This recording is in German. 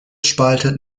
spaltet